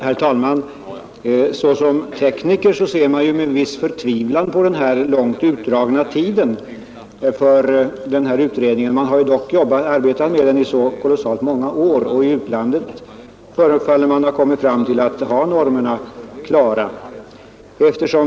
Herr talman! Såsom tekniker ser jag med en viss förtvivlan på den långt utdragna tiden för utredningen — den har dock arbetat i många år, och i utlandet förefaller man att ha normerna klara.